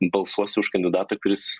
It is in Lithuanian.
balsuosiu už kandidatą kuris